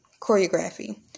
choreography